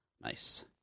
Nice